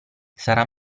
sarà